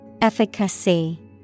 Efficacy